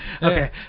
Okay